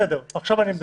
עכשיו אני מדבר.